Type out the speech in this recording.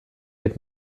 had